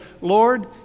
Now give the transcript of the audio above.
Lord